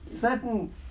certain